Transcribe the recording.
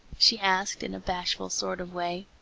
she asked in a bashful sort of way.